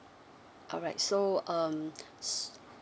alright so um